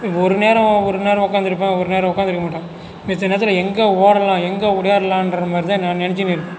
ஒரு நேரம் ஒரு நேரம் உட்காந்திருப்பேன் ஒரு நேரம் உட்காந்திருக்க மாட்டான் மிச்ச நேரத்தில் எங்கே ஓடலாம் எங்கே ஒடியாரலான்ற மாதிரிதான் நான் நினச்சுன்னு இருக்கேன்